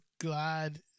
glad